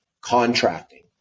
contracting